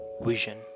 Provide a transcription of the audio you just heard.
vision